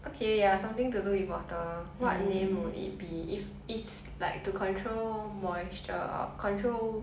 okay ya something to do with water what name would it be if it's like to control moisture control